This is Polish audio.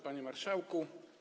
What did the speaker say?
Panie Marszałku!